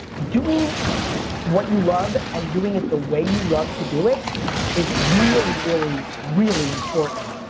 doing what you love and doing it the way you love to do it is really, really, really important.